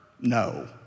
No